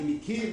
אני מכיר,